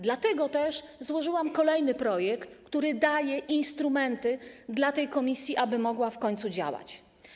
Dlatego też złożyłam kolejny projekt, który daje instrumenty dla tej komisji, aby mogła w końcu działać.